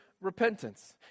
repentance